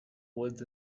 woods